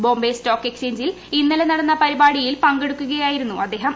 Bombay stock എക്സ്ചേഞ്ചിൽ ഇന്നലെ പരിപാടിയിൽ പങ്കെടുക്കുകയായിരുന്നു അദ്ദേഹം